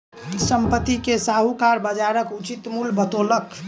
संपत्ति के साहूकार बजारक उचित मूल्य बतौलक